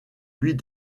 huit